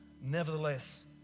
Nevertheless